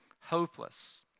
hopeless